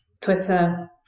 Twitter